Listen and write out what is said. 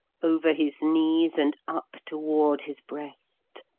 over his knees and up toward his breast,